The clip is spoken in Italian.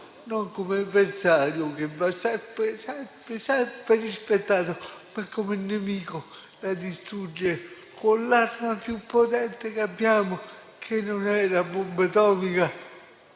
non come avversario - che va sempre, sempre, sempre rispettato - ma come nemico da distruggere con l'arma più potente che abbiamo, che non è la bomba atomica